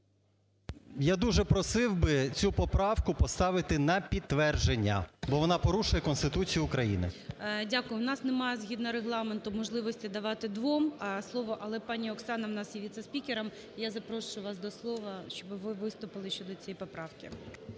Я дуже просив би цю поправку поставити на підтвердження, бо вона порушує Конституцію України. ГОЛОВУЮЧИЙ. Дякую. В нас немає, згідно Регламенту, можливості давати двом. Але пані Оксана в нас є віце-спікером. Я запрошую вас до слова, щоби ви виступили щодо цієї поправки.